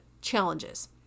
challenges